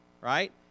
right